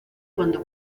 cuando